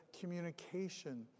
communication